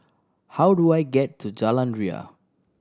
how do I get to Jalan Ria